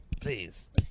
Please